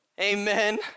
amen